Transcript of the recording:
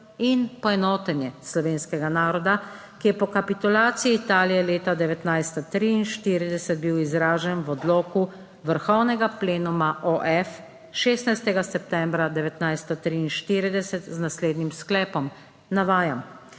in poenotenje slovenskega naroda, ki je bil po kapitulaciji Italije leta 1943 izražen v odloku Vrhovnega plenuma OF 16. septembra 1943 z naslednjim sklepom, navajam: